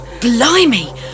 Blimey